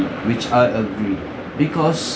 which I agree because